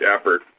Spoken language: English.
effort